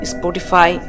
Spotify